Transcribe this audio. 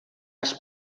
arts